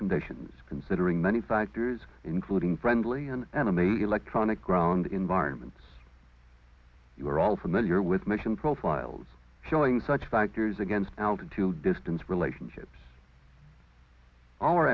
conditions considering many factors including friendly and enemy electronic ground environment you are all familiar with mission profiles showing such factors against altitude distance re